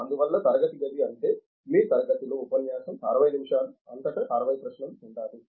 అందువల్ల తరగతి గది అంటే మీ తరగతిలో ఉపన్యాసం 60 నిమిషాలు అంతటా 60 ప్రశ్నలు ఉండాలి